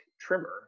trimmer